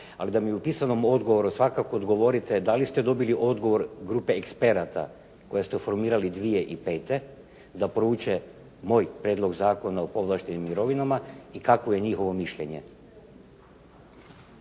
Ali da mi u pisanom odgovoru svakako odgovorite da li ste dobili odgovor grupe eksperata koju ste formirali 2005. da prouče moj Prijedlog zakona o povlaštenim mirovinama i kakvo je njihovo mišljenje.